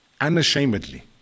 unashamedly